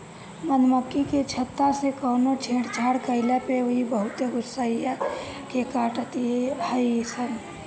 मधुमक्खी के छत्ता से कवनो छेड़छाड़ कईला पे इ बहुते गुस्सिया के काटत हई सन